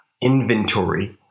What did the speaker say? inventory